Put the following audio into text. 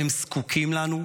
הם זקוקים לנו.